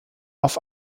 auf